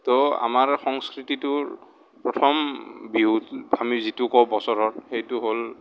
ত' আমাৰ সংস্কৃতিটোৰ প্ৰথম বিহু আমি যিটো কওঁ বছৰৰ সেইটো হ'ল